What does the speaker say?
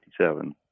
1957